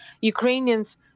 Ukrainians